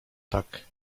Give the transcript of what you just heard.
tak